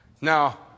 Now